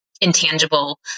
intangible